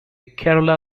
kerala